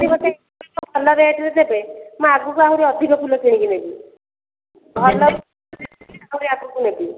ଯଦି ମୋତେ ଭଲ ରେଟରେ ଦେବେ ମୁଁ ଆଗକୁ ଆହୁରି ଅଧିକ ଫୁଲ କିଣିକି ନେବି ଭଲ ଆହୁରି ଆଗକୁ ନେବି